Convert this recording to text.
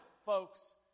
folks